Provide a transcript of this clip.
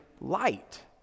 light